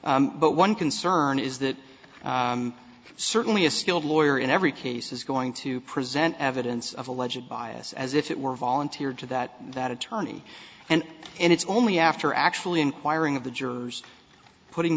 but one concern is that certainly a skilled lawyer in every case is going to present evidence of a legit bias as if it were volunteered to that that attorney and and it's only after actually inquiring of the jurors putting